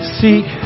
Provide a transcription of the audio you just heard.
seek